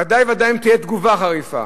ודאי וודאי אם תהיה תגובה חריפה.